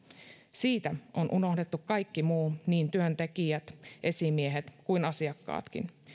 siitä on unohdettu kaikki muu niin työntekijät esimiehet kuin asiakkaatkin